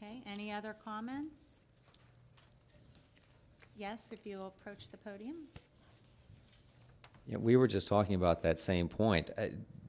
k any other comments yes if you approach the podium you know we were just talking about that same point